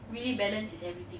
really balance is everything